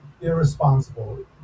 irresponsible